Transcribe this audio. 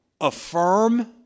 affirm